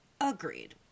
agreed